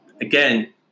again